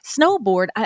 snowboard